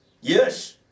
Yes